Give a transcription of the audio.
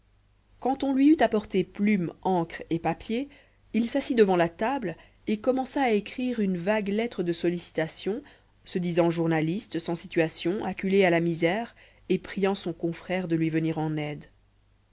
quand on lui eut apporté plume encre et papier il s'assit devant la table et commença à écrire une vague lettre de sollicitation se disant journaliste sans situation acculé à la misère et priant son confrère de lui venir en aide